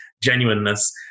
genuineness